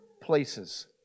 places